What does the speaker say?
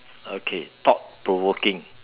okay thought provoking